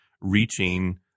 reaching